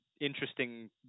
interesting